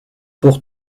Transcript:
pour